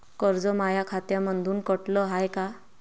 कर्ज माया खात्यामंधून कटलं हाय का?